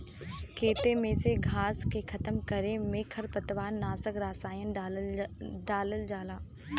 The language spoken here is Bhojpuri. खेते में से घास के खतम करे में खरपतवार नाशक रसायन डालल जाला